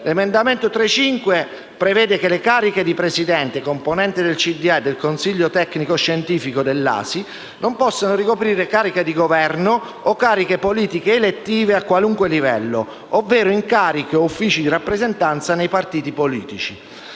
L'emendamento 3.5 prevede che il presidente e i componenti del consiglio d'amministrazione e del consiglio tecnico-scientifico dell'ASI «non possono ricoprire cariche di governo o cariche politiche elettive a qualunque livello, ovvero incarichi o uffici di rappresentanza nei partiti politici.